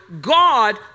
God